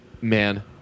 man